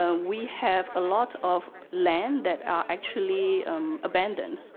ah we have a lot of land that are actually abandoned.